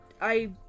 I-